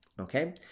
Okay